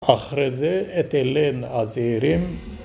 ‫אחרי זה את אילן עזירים.